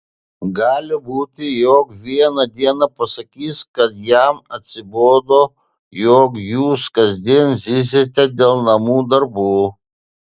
gali būti jog vieną dieną pasakys kad jam atsibodo jog jūs kasdien zyziate dėl namų darbų